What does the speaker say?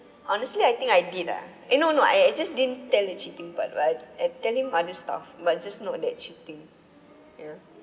honestly I think I did ah eh no no I just didn't tell the cheating part but I telling other stuff but just not that cheating ya